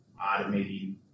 automating